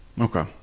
Okay